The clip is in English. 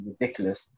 ridiculous